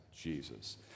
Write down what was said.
Jesus